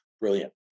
brilliant